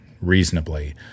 reasonably